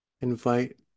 invite